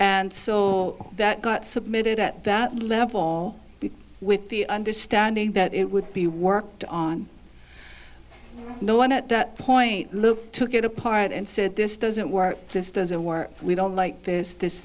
and so that got submitted at that level with the understanding that it would be worked on no one at that point look took it apart and said this doesn't work just as a war we don't like this this